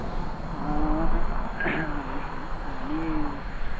हामी